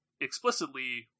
explicitly